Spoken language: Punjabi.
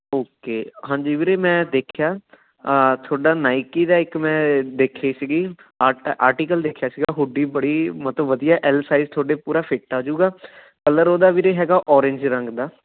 ਓਕੇ ਹਾਂਜੀ ਵੀਰੇ ਮੈਂ ਦੇਖਿਆ ਤੁਹਾਡਾ ਨਾਇਕੀ ਦਾ ਇੱਕ ਮੈਂ ਦੇਖੀ ਸੀਗੀ ਆਰਟ ਆਰਟੀਕਲ ਦੇਖਿਆ ਸੀਗਾ ਹੁੱਡੀ ਬੜੀ ਮਤਲਬ ਵਧੀਆ ਐੱਲ ਸਾਈਜ਼ ਤੁਹਾਡੇ ਪੂਰਾ ਫਿੱਟ ਆ ਜੂਗਾ ਕਲਰ ਉਹਦਾ ਵੀਰੇ ਹੈਗਾ ਓਰਿੰਜ ਰੰਗ ਦਾ